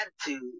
attitude